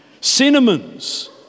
Cinnamons